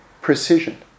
precision